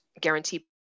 guarantee